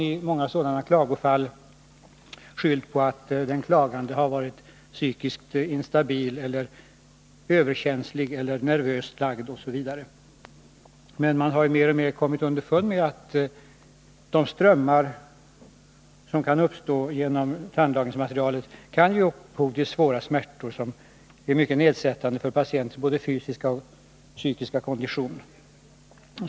I många sådana klagofall har man skyllt på att den klagande har varit psykiskt instabil, överkänslig, nervöst lagd osv. Men man har mer och mer kommit underfund med att de strömmar som kan uppstå genom tandlagningsmaterialet kan ge upphov till svåra smärtor, som verkar kraftigt nedsättande på patientens både fysiska och psykiska kondition.